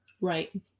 right